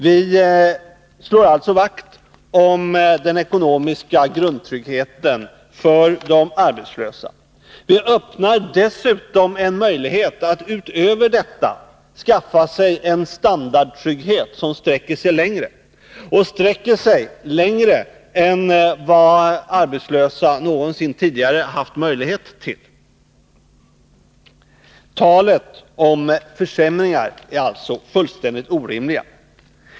Vi slår alltså vakt om den ekonomiska grundtryggheten för de arbetslösa. Vi öppnar dessutom en möjlighet att därutöver skaffa en standardtrygghet som sträcker sig längre än vad arbetslösa någonsin tidigare har haft möjlighet till. Talet om försämringar är alltså fullständigt orimligt.